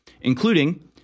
including